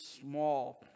small